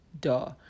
duh